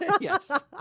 Yes